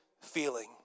feeling